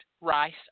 rice